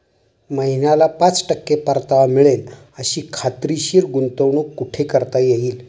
महिन्याला पाच टक्के परतावा मिळेल अशी खात्रीशीर गुंतवणूक कुठे करता येईल?